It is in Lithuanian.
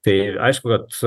tai aišku kad